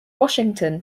washington